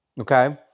Okay